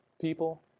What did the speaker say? people